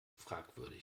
fragwürdig